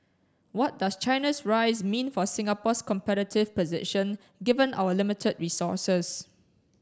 what does China's rise mean for Singapore's competitive position given our limited resources